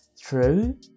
true